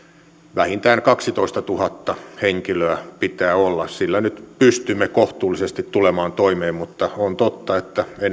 vähintään kaksitoistatuhatta henkilöä pitää olla sillä nyt pystymme kohtuullisesti tulemaan toimeen mutta on totta että